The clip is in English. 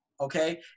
Okay